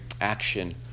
action